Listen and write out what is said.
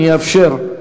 אני אאפשר.